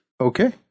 Okay